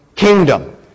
Kingdom